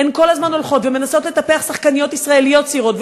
הן כל הזמן הולכות ומנסות לטפח שחקניות ישראליות צעירות,